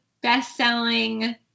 best-selling